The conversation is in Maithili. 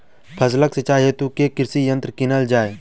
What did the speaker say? फसलक सिंचाई हेतु केँ कृषि यंत्र कीनल जाए?